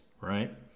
right